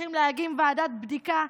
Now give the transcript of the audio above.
צריכים להקים ועדת בדיקה,